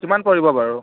কিমান পৰিব বাৰু